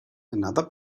another